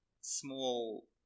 small